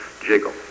jiggle